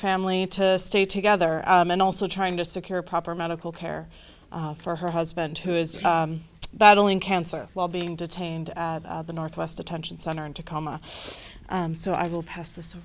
family to stay together and also trying to secure proper medical care for her husband who is battling cancer while being detained at the northwest detention center in tacoma so i will pass this